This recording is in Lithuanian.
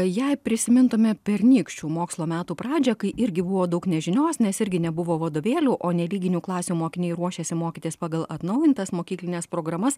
jei prisimintume pernykščių mokslo metų pradžią kai irgi buvo daug nežinios nes irgi nebuvo vadovėlių o nelyginių klasių mokiniai ruošėsi mokytis pagal atnaujintas mokyklines programas